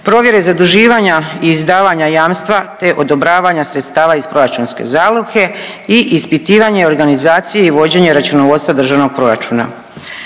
provjere zaduživanja i izdavanja jamstva te odobravanja sredstava iz proračunske zalihe i ispitivanje organizacije i vođenje računovodstva Državnog proračuna.